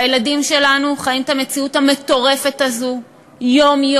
והילדים שלנו חיים את המציאות המטורפת הזאת יום-יום,